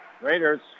Raiders